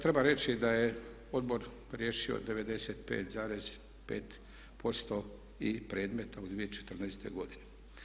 Treba reći da je odbor riješio 95,5% i predmeta u 2014. godini.